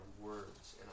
words